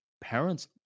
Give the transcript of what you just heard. Parents